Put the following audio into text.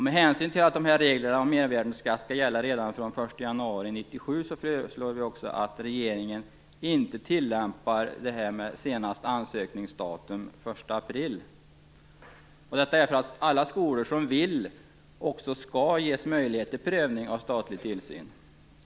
Med hänsyn till att de nya reglerna om mervärdesskatt skall gälla redan från den 1 januari 1997 föreslår utskottet också att regeringen inte tillämpar bestämmelsen om senaste ansökningsdatum den 1 april, detta för att alla skolor som vill också skall ges möjlighet till prövning av statlig tillsyn.